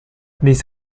this